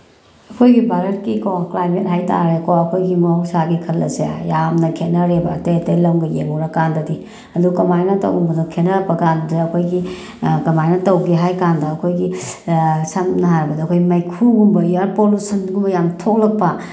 ꯑꯩꯈꯣꯏꯒꯤ ꯚꯥꯔꯠꯀꯤꯀꯣ ꯀ꯭ꯂꯥꯏꯃꯦꯠ ꯍꯥꯏ ꯇꯥꯔꯦꯀꯣ ꯑꯩꯈꯣꯏꯒꯤ ꯃꯍꯧꯁꯥꯒꯤ ꯈꯜ ꯑꯁꯦ ꯌꯥꯝꯅ ꯈꯦꯠꯅꯔꯦꯕ ꯑꯇꯩ ꯑꯇꯩ ꯂꯝꯒ ꯌꯦꯡꯉꯨꯔꯀꯥꯟꯗꯗꯤ ꯑꯗꯨ ꯀꯃꯥꯏꯅ ꯇꯧꯕꯗ ꯈꯦꯠꯅꯔꯛꯄꯀꯥꯟꯗ ꯑꯩꯈꯣꯏꯒꯤ ꯀꯃꯥꯏꯅ ꯇꯧꯒꯦ ꯍꯥꯏꯀꯥꯟꯗ ꯑꯩꯈꯣꯏꯒꯤ ꯁꯝꯅ ꯍꯥꯏꯔꯕꯗ ꯑꯩꯈꯣꯏ ꯃꯩꯈꯨꯒꯨꯝꯕ ꯑꯦꯌꯔ ꯄꯣꯂꯨꯁꯟꯒꯨꯝꯕ ꯌꯥꯝ ꯊꯣꯛꯂꯛꯄ